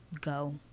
go